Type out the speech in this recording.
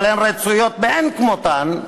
אבל הן רצויות מאין כמותן,